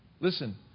Listen